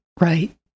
Right